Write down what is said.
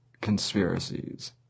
conspiracies